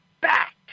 back